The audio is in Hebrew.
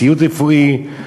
ציוד רפואי,